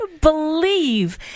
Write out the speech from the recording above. believe